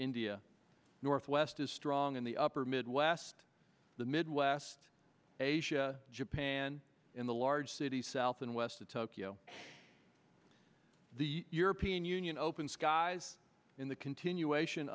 india northwest is strong in the upper midwest the midwest asia japan in the large cities south and west of tokyo the european union open skies in the continuation